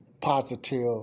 positive